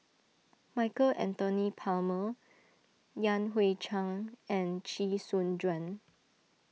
Michael Anthony Palmer Yan Hui Chang and Chee Soon Juan